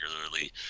regularly